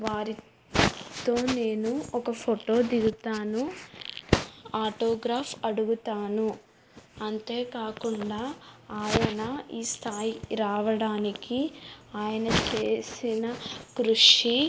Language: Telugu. వారితో నేను ఒక ఫోటో దిగుతాను ఆటోగ్రాఫ్ అడుగుతాను అంతేకాకుండా ఆయన ఈ స్థాయికి రావడానికి ఆయన చేసిన కృషి